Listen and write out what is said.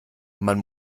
man